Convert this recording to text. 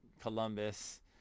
Columbus